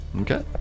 Okay